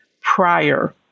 prior